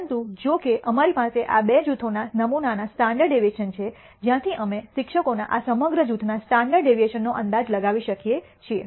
પરંતુ જો કે અમારી પાસે આ બે જૂથોના નમૂનાના સ્ટાન્ડર્ડ ડેવિએશન છે જ્યાંથી અમે શિક્ષકોના આ સમગ્ર જૂથના સ્ટાન્ડર્ડ ડેવિએશનનો અંદાજ લગાવી શકીએ છીએ